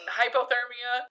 hypothermia